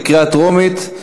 בקריאה טרומית.